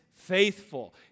faithful